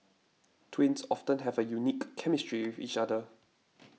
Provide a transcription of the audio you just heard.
twins often have a unique chemistry each other